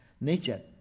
nature